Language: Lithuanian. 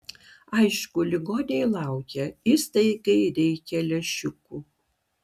aišku ligoniai laukia įstaigai reikia lęšiukų